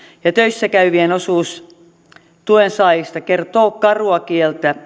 ja töissä käyvien osuus tuensaajista kertoo karua kieltä